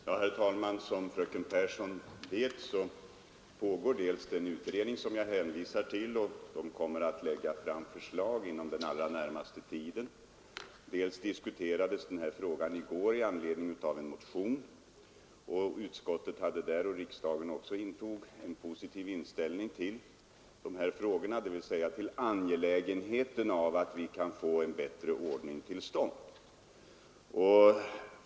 Herr talman! Som fröken Pehrsson vet pågår dels den utredning som jag hänvisade till och som kommer att lägga fram förslag inom den allra närmaste tiden, dels diskuterades denna fråga i går med anledning av en motion. Utskottet och riksdagen intog där en positiv ställning till dessa frågor, dvs. till angelägenheten av att vi kan få en bättre ordning till stånd.